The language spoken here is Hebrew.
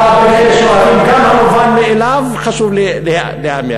אתה בין אלה שאומרים שגם המובן מאליו חשוב להיאמר.